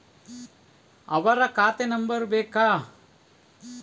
ಅವರ ಖಾತೆ ನಂಬರ್ ಬೇಕಾ?